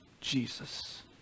Jesus